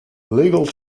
legal